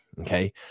Okay